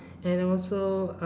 and also uh